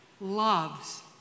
loves